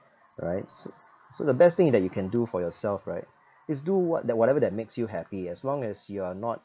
right so so the best thing that you can do for yourself right is do what that whatever that makes you happy as long as you're not